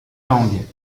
langues